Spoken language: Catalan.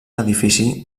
edifici